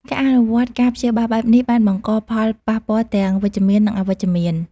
ការអនុវត្តការព្យាបាលបែបនេះ បានបង្កផលប៉ះពាល់ទាំងវិជ្ជមាន និងអវិជ្ជមាន។